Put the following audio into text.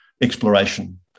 exploration